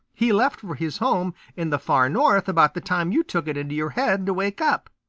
he left for his home in the far north about the time you took it into your head to wake up.